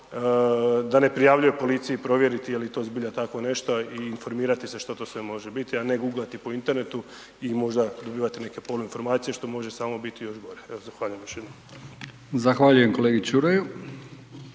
da ne prijavljuje policiji, provjeriti, je li to zbilja tako nešto i formirati se što to sve može biti a ne googlati po internetu i možda dobivati neke poluinformacije, što može biti samo još gore. Zahvaljujem još jednom.